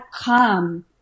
come